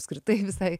apskritai visai